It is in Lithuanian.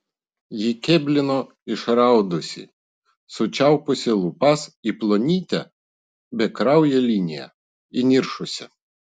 ji kėblino išraudusi sučiaupusi lūpas į plonytę bekrauję liniją įniršusi